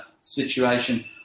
situation